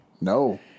No